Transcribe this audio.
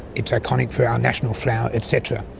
it's iconic for our national flower et cetera.